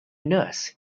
nurse